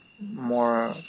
more